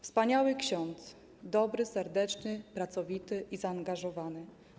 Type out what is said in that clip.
Wspaniały ksiądz, dobry, serdeczny pracowity i zaangażowany.